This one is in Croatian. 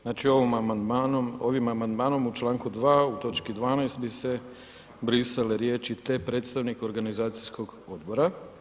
Znači ovim amandmanom u članku 2., u točki 12., bi se brisale riječi, te predstavnik organizacijskog odbora.